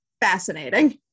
Fascinating